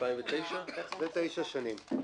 לפני תשע שנים.